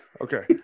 Okay